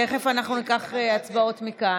תכף אנחנו ניקח הצבעות מכאן.